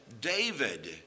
David